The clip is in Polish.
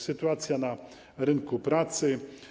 Sytuacja na rynku pracy.